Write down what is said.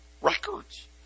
Records